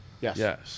Yes